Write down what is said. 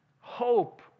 hope